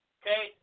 okay